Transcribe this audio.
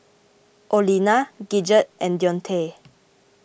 Olena Gidget and Deontae